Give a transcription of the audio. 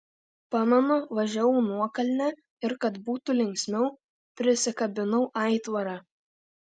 pamenu važiavau nuokalne ir kad būtų linksmiau prisikabinau aitvarą